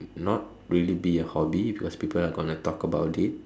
not really be a hobby because people are gonna talk about it